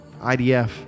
IDF